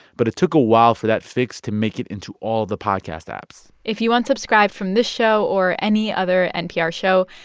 but it took a while for that fix to make it into all the podcast apps if you unsubscribed from this show or any other npr show,